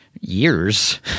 years